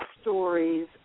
stories